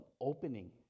opening